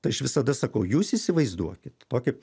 tai aš visada sakau jūs įsivaizduokit tokį